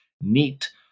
Neat